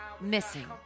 missing